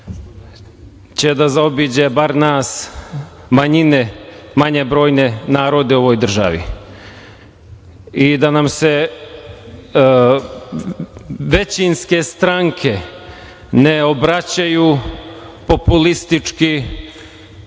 će da zaobiđe bar nas manjine, manje brojne narode u ovoj državi i da nam se većinske stranke ne obraćaju populistički